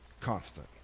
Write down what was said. constant